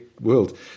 world